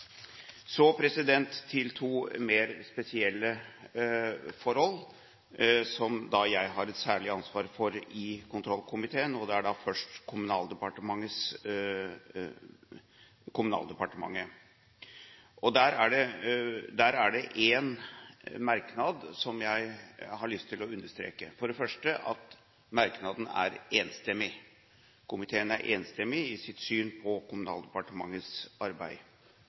Så til to mer spesielle forhold som jeg har et særlig ansvar for i kontrollkomiteen. Det gjelder da først Kommunaldepartementet, og det er en merknad som jeg har lyst til å understreke. For det første er merknaden enstemmig – komiteen er enstemmig i sitt syn på Kommunaldepartementets arbeid,